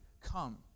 Come